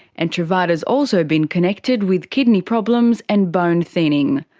and truvada's also been connected with kidney problems and bone thinning.